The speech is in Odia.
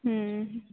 ହୁଁ